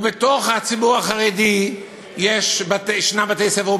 ובתוך הציבור החרדי ישנם בתי-ספר,